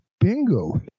bingo